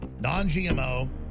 non-GMO